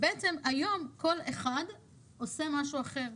היום כל אחד עושה משהו אחר.